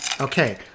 Okay